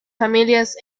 familias